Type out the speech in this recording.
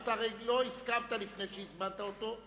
אתה הרי לא הסכמת לפני שהזמנת אותו,